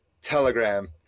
Telegram